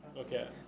okay